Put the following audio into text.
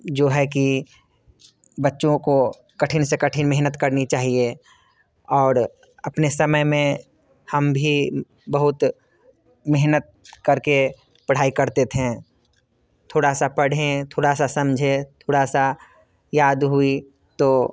जो है कि बच्चों को कठिन से कठिन मेहनत करनी चाहिए और अपने समय में हम भी बहुत मेहनत कर के पढ़ाई करते थे थोड़ा सा पढ़ें थोड़ा सा समझें थोड़ा सा याद हुई तो